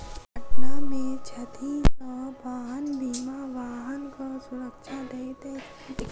दुर्घटना में क्षति सॅ वाहन बीमा वाहनक सुरक्षा दैत अछि